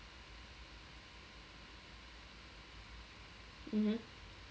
mmhmm